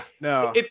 No